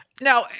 now